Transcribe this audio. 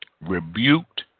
rebuked